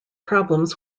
problems